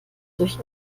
durch